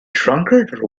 drunkard